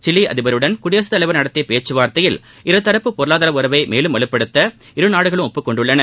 Chile அதிபருடன் குடியரசுத் தலைவர் நடத்திய பேச்சுவார்த்தையில் இரு தரப்பு பொருளாதார உறவை மேலும் வலுப்படுத்த இரு நாடுகளும் ஒப்புக் கொண்டுள்ளன